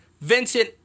Vincent